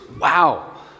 Wow